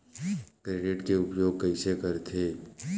Credit के उपयोग कइसे करथे?